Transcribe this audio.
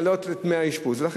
להעלות את דמי האשפוז.